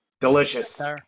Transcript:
Delicious